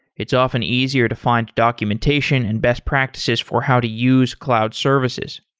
it's often easier to find documentation and best practices for how to use cloud services.